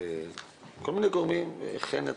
לכל מיני גורמים חן,